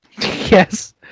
Yes